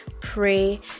pray